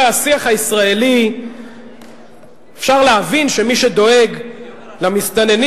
בשיח הישראלי אפשר להבין שמי שדואגים למסתננים